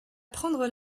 prendre